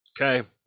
Okay